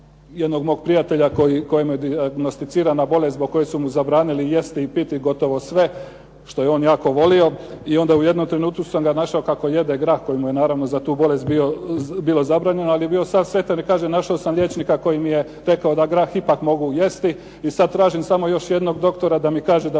jednog mog prijatelja kojemu je dijagnosticirana bolest zbog koje su mu zabranili jesti i piti gotovo sve što je on jako volio i onda u jednom trenutku sam ga našao kako jede grah koji mu je naravno za tu bolest bilo zabranjeno, ali je bio sav sretan jer kaže našao sam liječnika koji mi je rekao da grah ipak mogu jesti i sad tražim samo još jednog doktora da mi kaže da